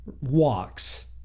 walks